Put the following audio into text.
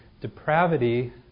depravity